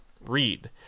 read